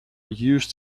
used